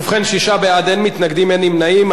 ובכן, שישה בעד, אין מתנגדים, אין נמנעים.